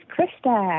Krista